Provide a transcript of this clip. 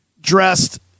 dressed